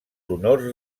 honors